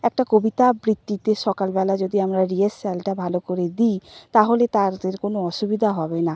একটা কবিতা আবৃত্তিতে সকালবেলা যদি আমরা রিহার্সালটা ভালো করে দিই তাহলে তাদের কোনো অসুবিধা হবে না